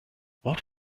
what